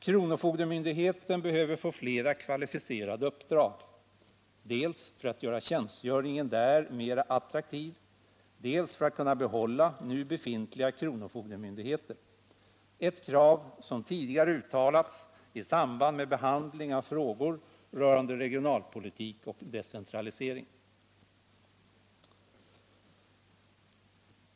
Kronofogdemyndigheten behöver få flera kvalificerade uppdrag, dels för att göra tjänstgöringen där mera attraktiv, dels för att man skall kunna behålla nu befintliga kronofogdemyndigheter — ett krav som tidigare uttalats i samband med behandling av frågor rörande regionalpolitik och decentralisering.